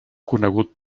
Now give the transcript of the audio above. conegut